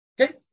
Okay